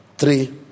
Three